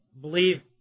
believe